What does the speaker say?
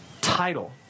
title